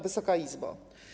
Wysoka Izbo!